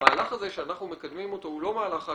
המהלך הזה שאנחנו מקדמים אותו, הוא לא מהלך רק